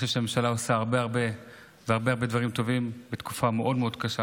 אחרי שהממשלה עושה הרבה הרבה דברים טובים בתקופה מאוד מאוד קשה,